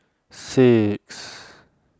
six